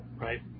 right